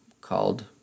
called